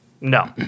No